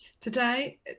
Today